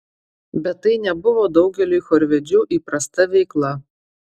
bet tai nebuvo daugeliui chorvedžių įprasta veikla